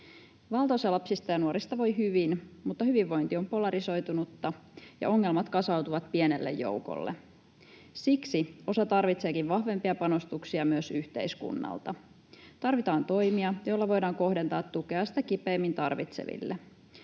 Valtaosa lapsista ja nuorista voi hyvin, mutta hyvinvointi on polarisoitunutta ja ongelmat kasautuvat pienelle joukolle. Siksi osa tarvitseekin vahvempia panostuksia myös yhteiskunnalta. Tarvitaan toimia, joilla voidaan kohdentaa tukea sitä kipeimmin tarvitseville.